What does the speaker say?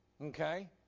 Okay